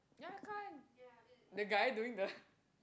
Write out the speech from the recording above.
yeah I can't the guy doing the